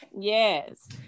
Yes